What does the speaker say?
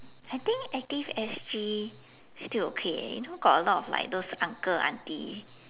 I think active S_G still okay leh you know got a lot of like those uncle auntie